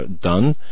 done